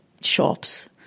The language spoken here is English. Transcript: shops